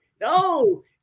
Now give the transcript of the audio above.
No